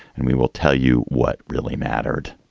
and we will tell you what really mattered.